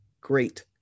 great